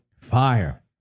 fire